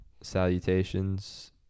Salutations